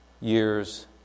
years